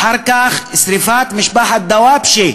ואחר כך שרפת משפחת דוואבשה,